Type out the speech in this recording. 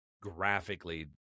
graphically